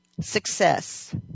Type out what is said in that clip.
success